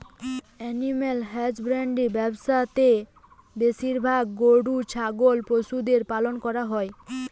animal husbandry ব্যবসা তে বেশিরভাগ গরু ছাগলের পশুদের পালন করা হই